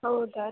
ಹೌದಾ